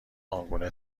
آنگونه